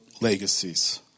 legacies